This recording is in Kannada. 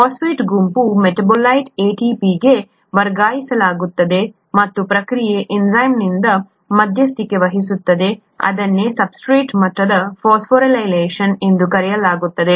ಫಾಸ್ಫೇಟ್ ಗುಂಪನ್ನು ಮೆಟಾಬೊಲೈಟ್ನಿಂದ ADPಗೆ ವರ್ಗಾಯಿಸಲಾಗುತ್ತದೆ ಮತ್ತು ಪ್ರಕ್ರಿಯೆಯು ಎನ್ಝೈಮ್ನಿಂದ ಮಧ್ಯಸ್ಥಿಕೆ ವಹಿಸುತ್ತದೆ ಅದನ್ನೇ ಸಬ್ಸ್ಟ್ರೇಟ್ ಮಟ್ಟದ ಫಾಸ್ಫೊರಿಲೇಷನ್ ಎಂದು ಕರೆಯಲಾಗುತ್ತದೆ